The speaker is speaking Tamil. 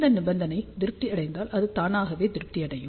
இந்த நிபந்தனை திருப்தி அடைந்தால் இது தானாகவே திருப்தி அடையும்